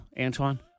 antoine